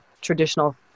traditional